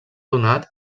donat